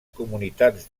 comunitats